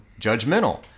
judgmental